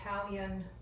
Italian